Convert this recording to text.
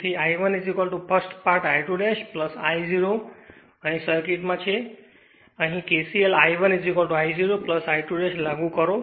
તેથી I1 first part I2 I 0 અહીં સર્કિટમાં છે હવે અહીં KCL I1 I 0 I2 લાગુ કરો